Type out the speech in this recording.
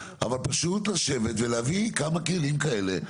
אבל פשוט לשבת ולהביא כמה כלים כאלה,